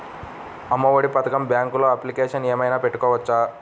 అమ్మ ఒడి పథకంకి బ్యాంకులో అప్లికేషన్ ఏమైనా పెట్టుకోవచ్చా?